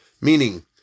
meaning